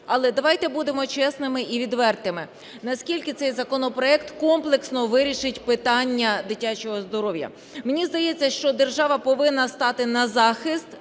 Але давайте будемо чесними і відвертими, наскільки цей законопроект комплексно вирішить питання дитячого здоров'я. Мені здається, що держава повинна стати на захист